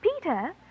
Peter